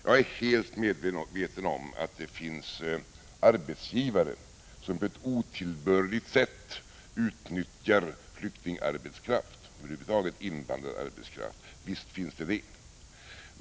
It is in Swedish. Jag är helt medveten om att det finns arbetsgivare som på ett otillbörligt sätt utnyttjar flyktingarbetskraft, över huvud taget invandrararbetskraft.